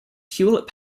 hewlett